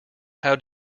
how